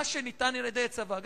זה מה שניתן על-ידי הצבא.